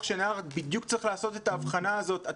שנהר בדיוק צריך לעשות את האבחנה הזאת.